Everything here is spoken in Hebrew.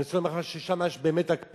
אני רוצה לומר לך ששם יש באמת הקפאה.